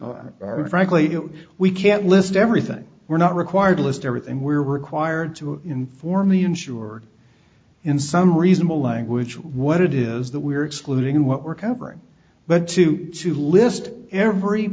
so and frankly we can't list everything we're not required list everything we're required to inform the insured in some reasonable language what it is that we're excluding what we're covering but to to list every